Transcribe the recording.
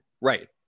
Right